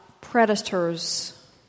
predators